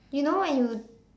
you know when you